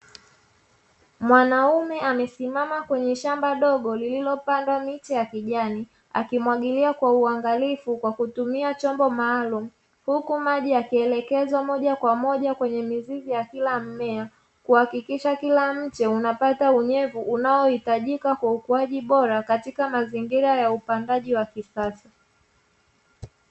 Mwanaume amesimama kwenye shamba dogo lililopandwa miche ya kijani akimwagilia kwa uangalifu kwa kutumia chombo maalumu, huku maji yakielekezwa moja kwa moja kwenye mizizi ya kila mmea kuhakikisha kila mche unapata unyevu unaohitajika kwa ukuaji bora katika mazingira ya upandaji wa kisasa.